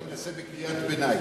עכשיו אני מנסה בקריאת ביניים.